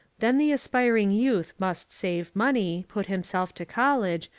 then the aspiring youth must save money, put himself to college,